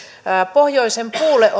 pohjoisen puulle